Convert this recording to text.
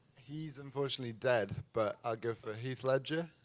he's unfortunately dead, but i'd go for heath ledger,